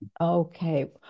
Okay